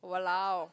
!walao!